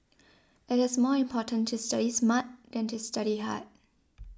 it is more important to study smart than to study hard